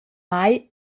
mai